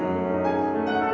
or